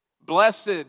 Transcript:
Blessed